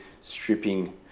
stripping